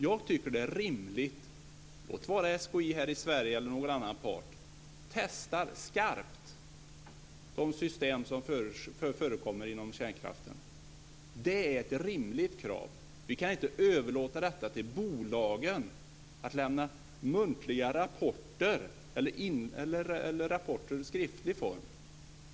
Jag tycker att det är rimligt att SKI - låt vara här i Sverige, eller någon annan part - testar skarpt de system som förekommer inom kärnkraften. Det är ett rimligt krav. Vi kan inte överlåta till bolagen att lämna muntliga rapporter eller rapporter i skriftlig form.